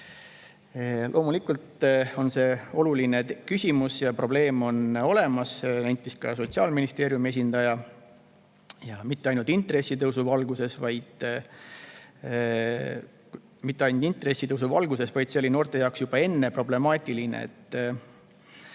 Loomulikult on see oluline küsimus ja probleem on olemas, nentis Sotsiaalministeeriumi esindaja, ja mitte ainult intressitõusu valguses, vaid see oli noorte jaoks juba enne problemaatiline.